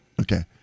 Okay